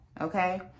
Okay